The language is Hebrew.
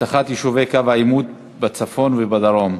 אבטחת יישובי קו העימות בצפון ובדרום,